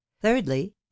Thirdly